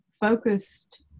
focused